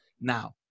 Now